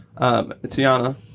Tiana